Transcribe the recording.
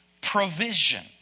provision